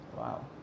Wow